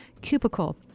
cubicle